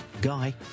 Guy